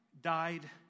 died